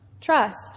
Trust